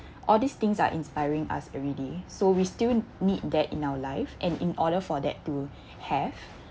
all these things are inspiring us already so we still need that in our life and in order for that to have